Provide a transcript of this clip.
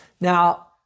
Now